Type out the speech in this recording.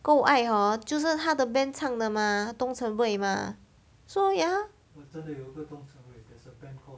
够爱 hor 就是他的 band 唱的 mah 东城卫 mah so ya